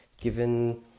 given